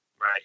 Right